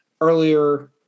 earlier